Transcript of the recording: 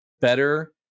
better